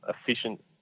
efficient